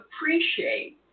Appreciate